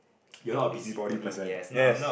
you're not a busybody person yes